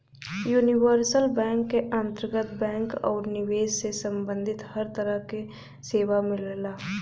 universal bank क अंतर्गत banking आउर निवेश से सम्बंधित हर तरह क सेवा मिलला